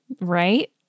Right